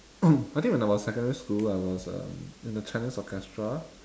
I think when I was secondary school I was um in the chinese orchestra